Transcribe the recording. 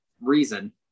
reason